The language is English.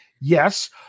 Yes